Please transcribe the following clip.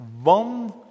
one